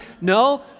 no